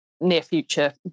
near-future